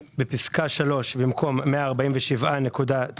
בפסקה (3), במקום "147.9%"